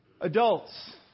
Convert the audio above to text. Adults